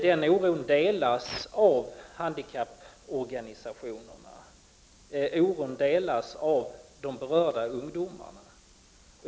Den oron delas av handikapporganisationerna. Den oron delas också av de berörda ungdomarna.